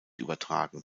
übertragen